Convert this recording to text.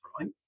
right